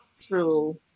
True